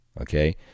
okay